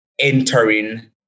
entering